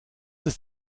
ist